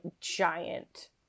giant